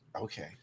Okay